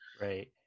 Right